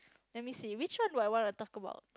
let me see which one do I want to talk about